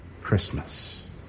Christmas